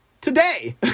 today